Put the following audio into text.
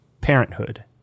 Parenthood